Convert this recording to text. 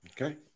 Okay